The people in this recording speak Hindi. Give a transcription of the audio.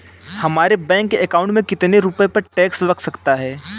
हमारे बैंक अकाउंट में कितने रुपये पर टैक्स लग सकता है?